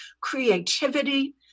creativity